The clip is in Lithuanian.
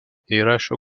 įrašų